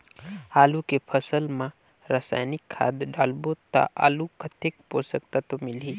आलू के फसल मा रसायनिक खाद डालबो ता आलू कतेक पोषक तत्व मिलही?